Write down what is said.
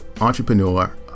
entrepreneur